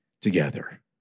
together